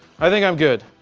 i think i'm good.